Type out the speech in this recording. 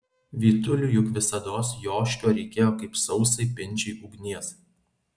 vytuliui juk visados joškio reikėjo kaip sausai pinčiai ugnies